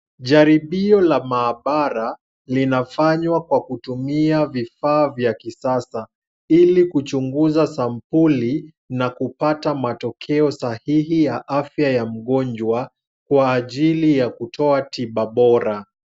Jaribio la maabara linafanywa kwa kutumia vifaa vya kisasa ili kuchunguza sampuli na kupata matokeo sahihi ya afya ya mgonjwa kwa ajili ya kutoa tiba bora.